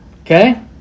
Okay